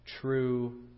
true